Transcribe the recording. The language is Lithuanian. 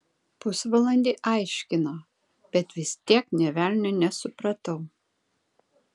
pusvalandį aiškino bet vis tiek nė velnio nesupratau